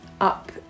up